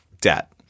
debt